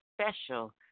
special